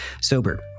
sober